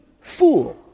fool